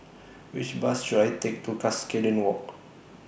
Which Bus should I Take to Cuscaden Walk